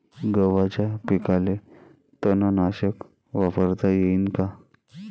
गव्हाच्या पिकाले तननाशक वापरता येईन का?